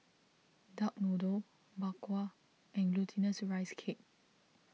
Duck Noodle Bak Kwa and Glutinous Rice Cake